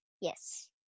Yes